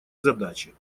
задачи